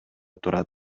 турат